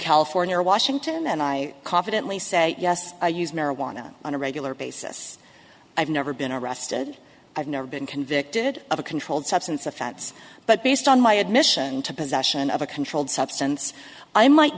california or washington and i confidently say yes i use marijuana on a regular basis i've never been arrested i've never been convicted of a controlled substance offense but based on my admission to possession of a controlled substance i might